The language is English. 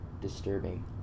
disturbing